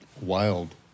wild